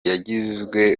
yagizwe